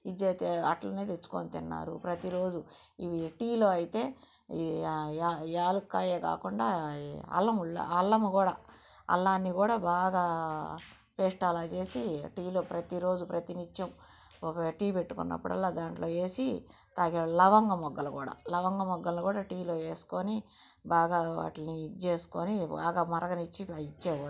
is అయితే అట్లనే తెచ్చుకొని తిన్నారు ప్రతీరోజు ఇవి టీలో అయితే యాలక్కాయ కాకుండా అల్లం ఉల్లే అల్లం కూడా అల్లాన్ని కూడా బాగా పేస్ట్ అలా చేసి టీలో ప్రతీ రోజు ప్రతీ నిత్యం ఒక టీ పెట్టుకున్నప్పుడల్లా దాంట్లో వేసి త్రాగేవాళ్ళు లవంగం మొగ్గలు కూడా లవంగం మొగ్గలని కూడా టీలో వేసుకొని బాగా వాటిలని ఇది చేసుకొని బాగా మరగనిచ్చి ఇచ్చేవాళ్ళు